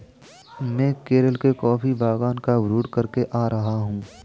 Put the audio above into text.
मैं केरल के कॉफी बागान का भ्रमण करके आ रहा हूं